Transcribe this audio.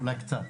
אולי קצת.